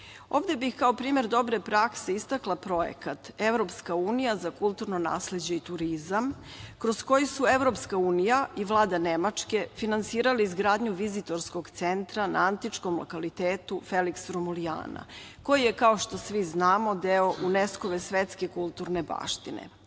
Ovde bih, kao primer dobre prakse, istakla projekat Evropska unija za kulturno nasleđe i turizam kroz koji su EU i Vlada Nemačke finansirali izgradnju Vizitorskog centra na antičkom lokalitetu Feliks Romulijana, koji je kao što svi znamo deo UNESKO-ve svetske kulturne baštine.